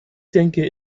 denke